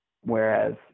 whereas